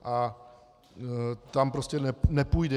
A tam prostě nepůjde...